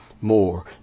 more